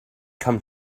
come